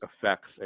affects